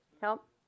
help